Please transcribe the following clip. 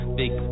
big